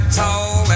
tall